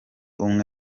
umwe